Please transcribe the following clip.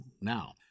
now